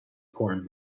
porn